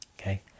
okay